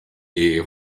est